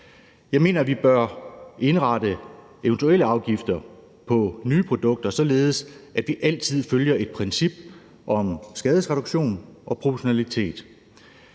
Jeg mener, at vi bør indrette eventuelle afgifter på nye produkter, således at vi altid følger et princip om skadesreduktion og proportionalitet.